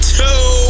two